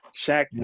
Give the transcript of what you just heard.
Shaq